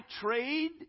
trade